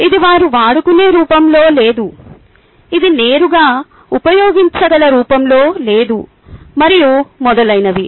ఇది వారు వాడుకునే రూపంలో లేదు ఇది నేరుగా ఉపయోగించగల రూపంలో లేదు మరియు మొదలైనవి